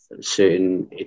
certain